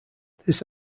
this